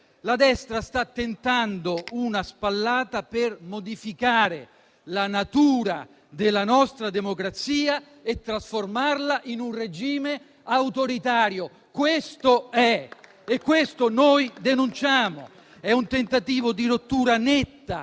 La destra sta tentando una spallata per modificare la natura della nostra democrazia e trasformarla in un regime autoritario. Questo è! E questo noi denunciamo! È un tentativo di rottura netta